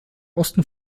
osten